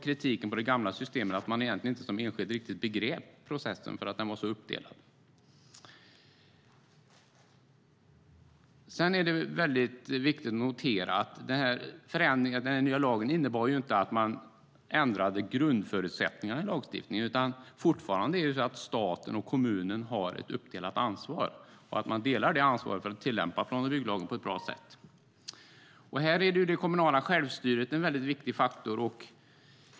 Kritiken mot det gamla systemet gällde att man som enskild inte riktigt begrep processen, för den var så uppdelad. Det är väldigt viktigt att notera att den nya lagen inte innebar att man ändrade grundförutsättningarna i lagstiftningen. Fortfarande är ansvaret delat mellan staten och kommunen. Man delar ansvaret att tillämpa plan och bygglagen på ett bra sätt. Här är det kommunala självstyret en viktig faktor.